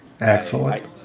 excellent